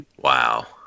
wow